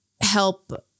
help